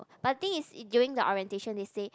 but the thing is during the orientation is they